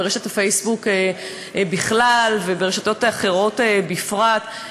ברשת הפייסבוק בכלל וברשתות אחרות בפרט,